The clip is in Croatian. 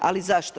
Ali zašto?